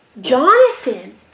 Jonathan